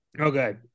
okay